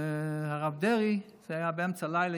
הרב דרעי, זה היה באמצע הלילה.